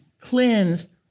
cleansed